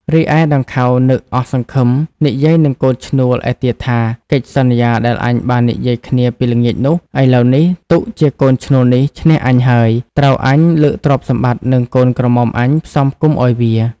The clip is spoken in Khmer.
រីឯដង្ខៅ នឹកអស់សង្ឃឹម និយាយនឹងកូនឈ្នួលឯទៀតថា កិច្ចសន្យាដែលអញបាននិយាយគ្នាពីល្ងាចនោះ ឥឡូវនេះ ទុកជាកូនឈ្នួលនេះឈ្នះអញហើយ ត្រូវអញលើកទ្រព្យសម្បត្តិ និងកូនក្រមុំអញផ្សំផ្គុំឲ្យវា។